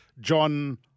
John